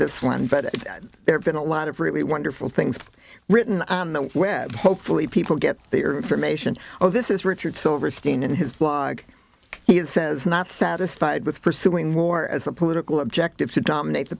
but there have been a lot of really wonderful things written on the web hopefully people get their information oh this is richard silverstein in his blog he says not satisfied with pursuing war as a political objective to dominate the